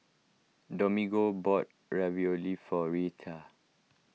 Domingo bought Ravioli for Rheta